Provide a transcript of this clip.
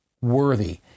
worthy